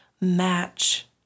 match